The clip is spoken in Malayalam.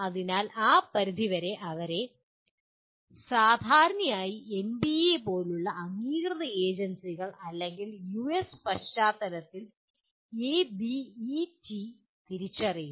അതിനാൽ ആ പരിധിവരെ അവയെ സാധാരണയായി എൻബിഎ പോലുള്ള അംഗീകൃത ഏജൻസികൾ അല്ലെങ്കിൽ യുഎസ് പശ്ചാത്തലത്തിൽ എബിഇടി തിരിച്ചറിയുന്നു